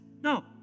no